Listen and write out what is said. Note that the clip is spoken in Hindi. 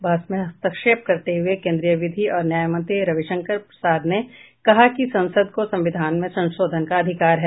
बहस में हस्तक्षेप करते हुए केन्द्रीय विधि और न्याय मंत्री रविशंकर प्रसाद ने कहा कि संसद को संविधान में संशोधन का अधिकार है